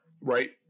right